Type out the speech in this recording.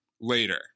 later